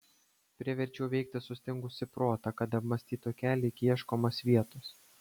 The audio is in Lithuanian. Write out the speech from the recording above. priverčiau veikti sustingusį protą kad apmąstytų kelią iki ieškomos vietos